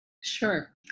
Sure